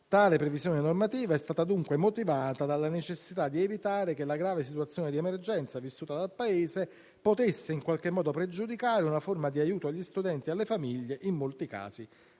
Tale previsione normativa è stata dunque motivata dalla necessità di evitare che la grave situazione di emergenza vissuta dal Paese potesse in qualche modo pregiudicare una forma di aiuto agli studenti e alle famiglie, in molti casi